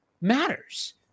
matters